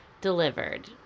delivered